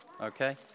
Okay